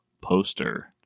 poster